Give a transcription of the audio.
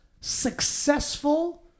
successful